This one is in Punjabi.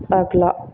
ਅਗਲਾ